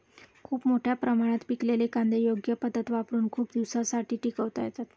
खूप मोठ्या प्रमाणात पिकलेले कांदे योग्य पद्धत वापरुन खूप दिवसांसाठी टिकवता येतात